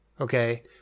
Okay